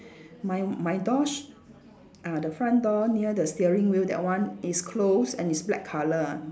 my my door~ sh~ ah the front door near the steering wheel that one is closed and it's black colour ah